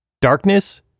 Darkness